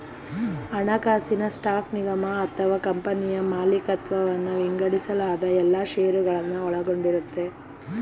ಹಣಕಾಸಿನಲ್ಲಿ ಸ್ಟಾಕ್ ನಿಗಮ ಅಥವಾ ಕಂಪನಿಯ ಮಾಲಿಕತ್ವವನ್ನ ವಿಂಗಡಿಸಲಾದ ಎಲ್ಲಾ ಶೇರುಗಳನ್ನ ಒಳಗೊಂಡಿರುತ್ತೆ